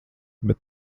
bet